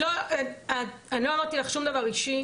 אני לא אמרתי לך שום דבר אישי,